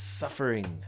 suffering